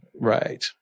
Right